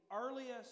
earliest